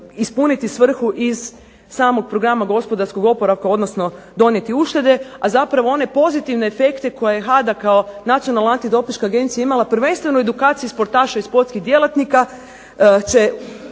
ispuniti svrhu iz samog Programa gospodarskog oporavka odnosno donijeti uštede, a zapravo one pozitivne efekte koje HADA kao nacionalna antidopinška agencija imala prvenstveno edukaciju sportaša i sportskih djelatnika će